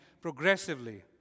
progressively